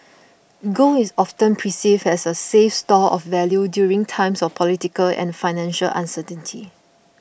gold is often perceived as a safe store of value during times of political and financial uncertainty